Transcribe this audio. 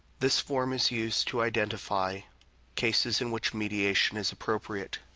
this form is used to identify cases in which mediation is appropriate.